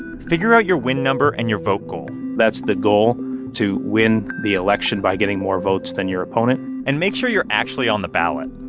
figure out your win number and your vote goal that's the goal to win the election by getting more votes than your opponent and make sure you're actually on the ballot.